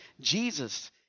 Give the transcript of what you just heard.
Jesus